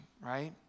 right